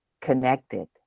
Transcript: connected